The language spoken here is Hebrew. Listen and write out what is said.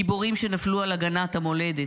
גיבורים שנפלו על הגנת המולדת.